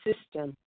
system